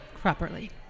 properly